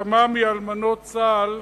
מכמה מאלמנות צה"ל,